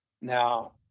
Now